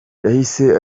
yahise